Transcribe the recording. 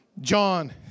John